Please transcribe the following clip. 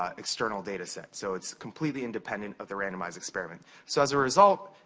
ah external data set. so, it's completely independent of the randomized experiment. so, as a result,